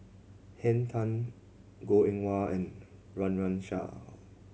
Henn Tan Goh Eng Wah and Run Run Shaw